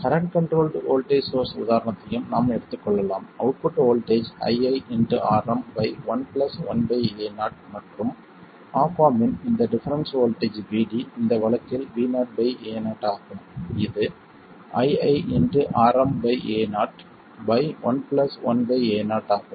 current controlled voltage source உதாரணத்தையும் நாம் எடுத்துக் கொள்ளலாம் output voltage ii Rm 1 1 Ao மற்றும் ஆப் ஆம்ப் இன் இந்த டிஃபரென்ஸ் வோல்ட்டேஜ் Vd இந்த வழக்கில் Vo Ao ஆகும் இது ii Rm Ao 1 1 Ao ஆகும்